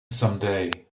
someday